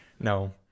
No